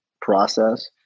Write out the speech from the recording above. process